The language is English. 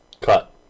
Cut